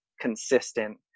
consistent